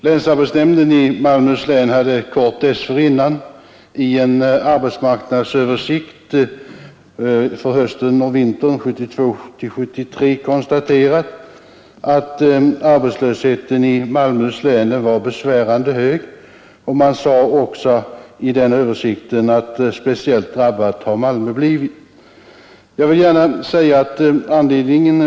Länsarbetsnämnden i Malmöhus län hade kort dessförinnan i en arbetsmarknadsöversikt för hösten-vintern 1972/1973 konstaterat att arbetslösheten i Malmöhus län var besvärande hög. Man sade i den översikten också att Malmö blivit speciellt drabbat.